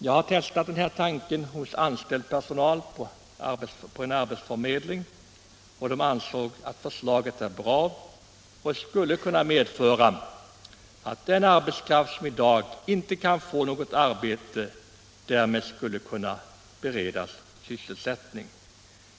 Jag har testat denna tanke på personal anställd vid en arbetsförmedling, och där ansåg man att förslaget är bra och skulle kunna medföra att den arbetskraft som i dag inte kan få något arbete kunde beredas sysselsättning.